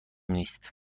نیست